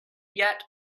yet